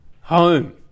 home